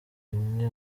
rimwe